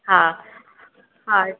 हा हा